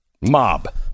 mob